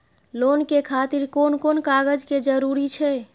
Loan के खातिर कोन कोन कागज के जरूरी छै?